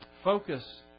Focus